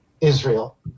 Israel